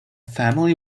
family